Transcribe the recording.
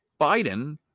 Biden